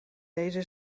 deze